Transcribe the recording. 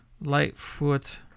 Lightfoot